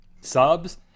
subs